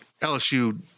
LSU